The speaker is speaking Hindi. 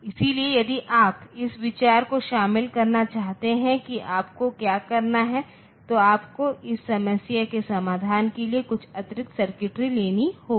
इसलिए यदि आप इस विचार को शामिल करना चाहते हैं कि आपको क्या करना है तो आपको इस समस्या के समाधान के लिए कुछ अतिरिक्त सर्किटरी लेनी होगी